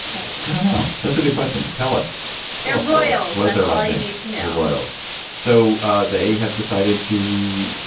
i don't i don't know. that's a good question. tell us royals. what's their. um ah you need to know royals so they have decided to,